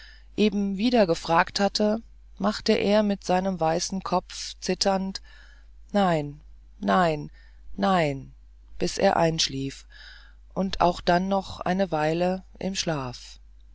eben wieder gefragt hatte machte er mit seinem weißen kopf zitternd nein nein nein bis er einschlief und auch dann noch eine weile im schlaf